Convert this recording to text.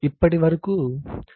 తిరిగి స్వాగతం